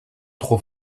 trop